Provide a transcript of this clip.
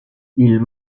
ils